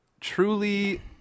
truly